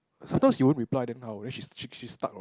I thought she won't reply then how she's she's stuck what